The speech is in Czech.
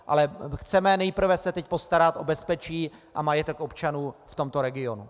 Ale chceme nejprve se teď postarat o bezpečí a majetek občanů v tomto regionu.